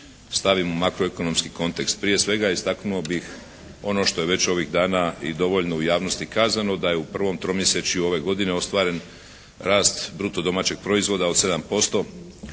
stavim u makroekonomski kontekst. Prije svega istaknuo bih ono što je već ovih dana i dovoljno u javnosti kazano da je u prvom tromjesečju ove godine ostvaren rast bruto domaćeg proizvoda od 7%.